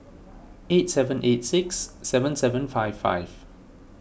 eight seven eight six seven seven five five